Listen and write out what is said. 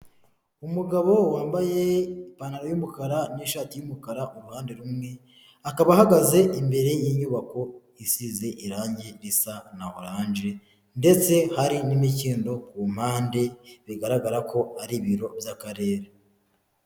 Umugabo wambaye ipantaro y'umukara n'ishati y'umukara uruhande rumwe, akaba ahagaze imbere y'inyubako isize irangi risa na oranje, ndetse hari n'imikindo ku mpande bigaragara ko ari ibiro by'akarere.